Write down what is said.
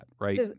right